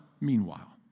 Meanwhile